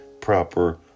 proper